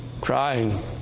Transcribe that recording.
crying